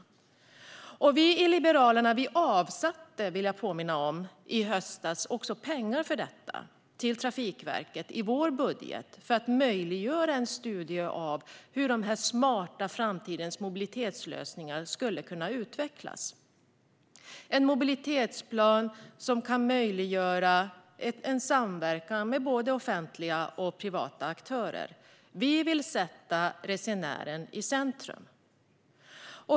Jag vill påminna om att Liberalerna i höstas avsatte pengar i sitt budgetförslag till Trafikverket för att möjliggöra för en studie av hur smarta mobilitetslösningar skulle kunna utvecklas i framtiden. En mobilitetsplan skulle kunna möjliggöra för samverkan mellan offentliga och privata aktörer. Vi vill sätta resenären i centrum.